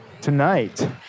tonight